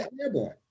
airborne